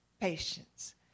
patience